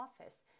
office